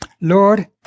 Lord